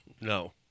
No